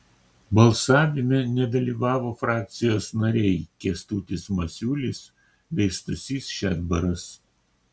balsavime nedalyvavo frakcijos nariai kęstutis masiulis bei stasys šedbaras